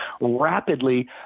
rapidly